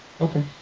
Okay